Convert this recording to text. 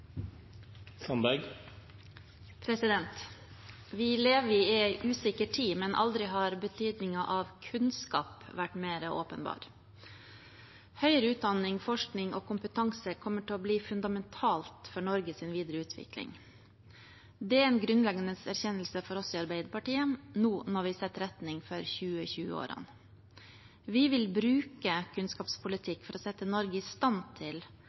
Vi lever i en usikker tid, men aldri har betydningen av kunnskap vært mer åpenbar. Høyere utdanning, forskning og kompetanse kommer til å bli fundamentalt for Norges videre utvikling. Det er en grunnleggende erkjennelse for oss i Arbeiderpartiet nå når vi setter retning for 2020-årene. Vi vil bruke kunnskapspolitikk for å sette Norge i stand til